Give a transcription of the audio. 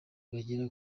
bagera